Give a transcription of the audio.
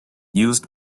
used